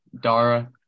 Dara